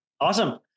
Awesome